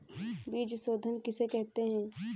बीज शोधन किसे कहते हैं?